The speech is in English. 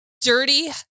dirty